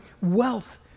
wealth